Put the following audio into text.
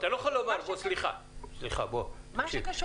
מה זה קשור?